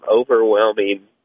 overwhelming